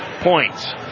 points